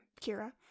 Kira